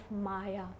Maya